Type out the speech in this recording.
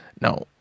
Now